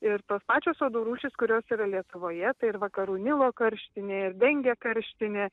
ir tos pačios uodų rūšys kurios yra lietuvoje tai ir vakarų nilo karštinė ir dengė karštinė